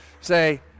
say